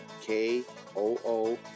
K-O-O